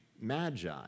magi